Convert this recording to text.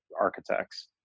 architects